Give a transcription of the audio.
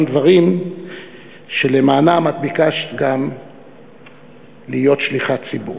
דברים שלמענם את ביקשת גם להיות שליחת ציבור.